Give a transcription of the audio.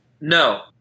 No